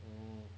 um